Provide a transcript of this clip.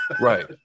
Right